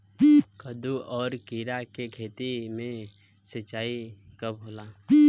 कदु और किरा के खेती में सिंचाई कब होला?